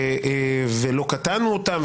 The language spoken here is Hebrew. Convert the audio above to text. ולא קטענו אותם,